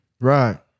Right